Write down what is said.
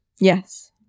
Yes